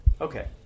Okay